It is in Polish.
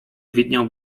widniał